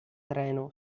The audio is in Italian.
treno